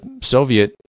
Soviet